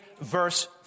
verse